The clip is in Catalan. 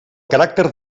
caràcter